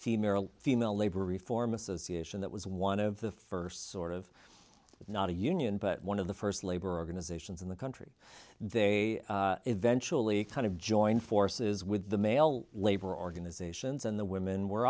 female female labor reform association that was one of the first sort of not a union but one of the first labor organizations in the country they eventually kind of joined forces with the male labor organizations and the women were